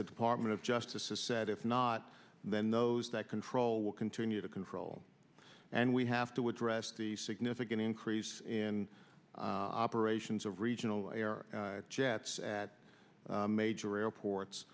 that department of justice has said if not then those that control will continue to control and we have to address the significant increase in operations of regional air jets at major airports